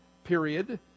period